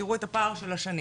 תראו את הפער של השנים.